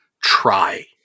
try